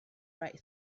bright